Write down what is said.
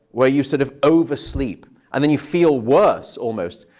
where you sort of oversleep and then you feel worse almost.